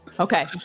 Okay